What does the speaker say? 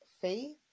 faith